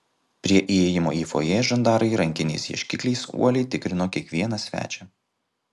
prie įėjimo į fojė žandarai rankiniais ieškikliais uoliai tikrino kiekvieną svečią